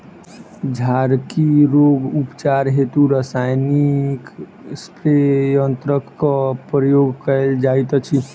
झड़की रोगक उपचार हेतु रसायनिक स्प्रे यन्त्रकक प्रयोग कयल जाइत अछि